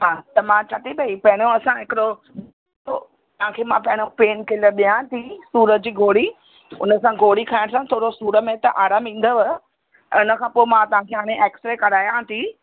हा त मां चवां थी भई पहिरियों असां हिकिड़ो तव्हांखे मां पहिरियों पेनकिलर ॾियां थी सूर जी गोरी हुन सां गोरी खाइण सां थोरो सूरु में त आरामु ईंदुव ऐं इन खां पोइ मां तव्हांखे हाणे ऐक्सरे करायां थी